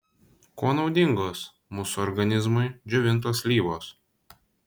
kuo naudingos mūsų organizmui džiovintos slyvos